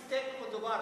באיזה סטייק מדובר?